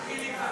מליאה.